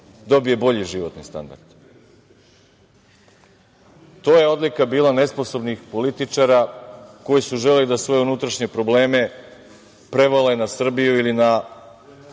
dobije bolji životni standard. To je odlika bila nesposobnih političara koji su želeli da svoje unutrašnje probleme prevale na Srbiju ili na